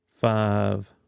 five